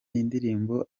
indirimbo